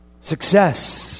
success